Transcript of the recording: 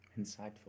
Insightful